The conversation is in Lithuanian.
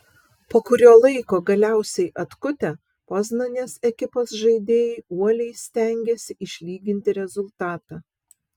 po kurio laiko galiausiai atkutę poznanės ekipos žaidėjai uoliai stengėsi išlyginti rezultatą